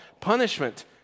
punishment